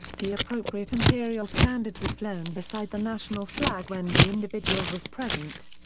the appropriate imperial standard was flown beside the national flag when the individual was present.